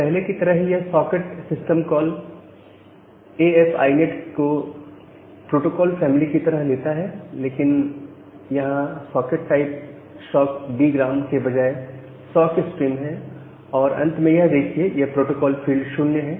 पहले की तरह ही यह socket system call A F I net AF INET को प्रोटोकॉल फैमिली की तरह लेता है लेकिन यहां सॉकेट टाइप सॉक डीग्राम के बजाय सॉक स्ट्रीम है और अंत में यह देखिए यह प्रोटोकॉल फील्ड 0 है